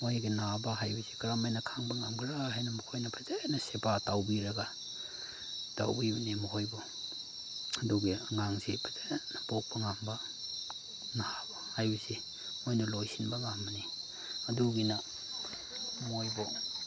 ꯃꯣꯏꯒꯤ ꯅꯥꯕ ꯍꯥꯏꯕꯁꯤ ꯀꯔꯝꯃꯥꯏꯅ ꯈꯪꯕ ꯉꯝꯒꯗ꯭ꯔꯥ ꯍꯥꯏꯅ ꯃꯈꯣꯏꯅ ꯐꯖꯅ ꯁꯦꯕꯥ ꯇꯧꯕꯤꯔꯒ ꯇꯧꯕꯤꯕꯅꯤ ꯃꯈꯣꯏꯕꯨ ꯑꯗꯨꯒꯤ ꯑꯉꯥꯡꯁꯤ ꯐꯖꯅ ꯄꯣꯛꯄ ꯉꯝꯕ ꯅꯥꯕ ꯍꯥꯏꯕꯁꯤ ꯃꯣꯏꯅ ꯂꯣꯏꯁꯤꯟꯕ ꯉꯝꯕꯅꯤ ꯑꯗꯨꯒꯤꯅ ꯃꯣꯏꯕꯨ